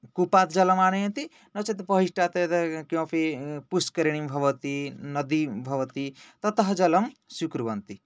कूपात् जलमानयन्ति नो चेत् बहिष्टात् किमपि पुष्करणीं भवति नदी भवति ततः जलं स्वीकुर्वन्ति